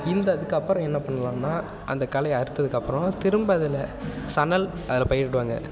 இந்த அதுக்கப்புறம் என்ன பண்ணலாம்னா அந்த களையை அறுத்ததுக்கப்புறம் திரும்ப அதில் சணல் அதில் பயிரிடுவாங்க